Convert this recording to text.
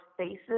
spaces